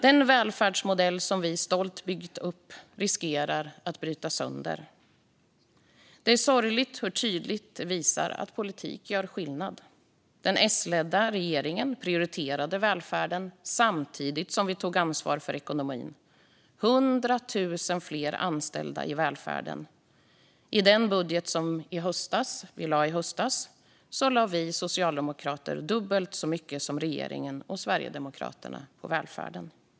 Den välfärdsmodell som vi stolt byggt upp riskerar att brytas sönder. Det är sorgligt hur tydligt det visar att politik gör skillnad. Den S-ledda regeringen prioriterade välfärden samtidigt som vi tog ansvar för ekonomin, vilket innebar 100 000 fler anställda i välfärden. I den budget som lades i höstas lade vi socialdemokrater dubbelt så mycket som regeringen och Sverigedemokraterna på välfärden.